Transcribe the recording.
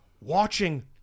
watching